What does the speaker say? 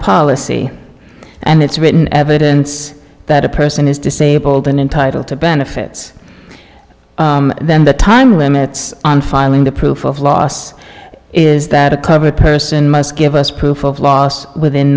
policy and it's written evidence that a person is disabled an entitled to benefits then the time limits on filing the proof of loss is that a clever person must give us proof of loss within